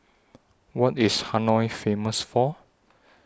What IS Hanoi Famous For